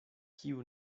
kiu